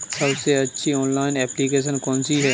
सबसे अच्छी online application कौन सी है?